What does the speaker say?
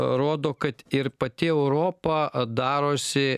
rodo kad ir pati europa darosi